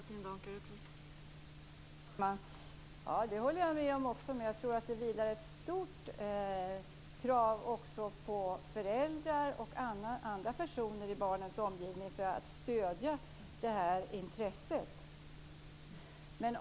Fru talman! Det håller jag med om, men jag tror att det vilar ett stort ansvar också på föräldrar och andra personer i barnens omgivning när det gäller att stödja detta intresse.